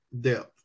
depth